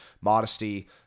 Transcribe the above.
modesty